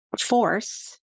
force